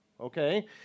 Okay